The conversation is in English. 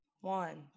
One